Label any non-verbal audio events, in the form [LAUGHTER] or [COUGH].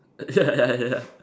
[LAUGHS] ya ya ya ya